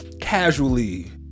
casually